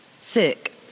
Sick